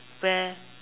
where